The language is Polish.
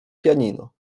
pianino